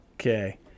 Okay